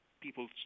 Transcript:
people